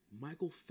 Michael